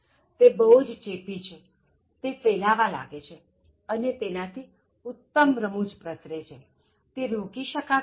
તે બહુ જ ચેપી છેતે ફેલાવા લાગે છે અને તેનાથી ઉત્તમ રમૂજ પ્રસરે છેતે રોકી શકાતી નથી